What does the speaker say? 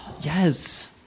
Yes